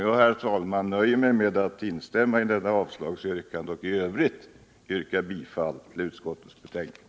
Jag nöjer mig med att instämma i detta avstyrkande, och i övrigt yrkar jag bifall till utskottets hemställan.